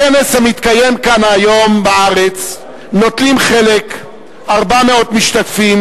בכנס המתקיים כאן היום בארץ נוטלים חלק 400 משתתפים,